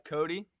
Cody